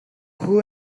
who